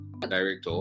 director